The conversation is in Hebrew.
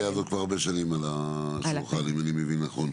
הסוגייה הזו כבר הרבה שנים על השולחן אם אני מבין נכון.